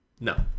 no